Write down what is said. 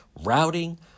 routing